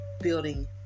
building